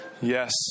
Yes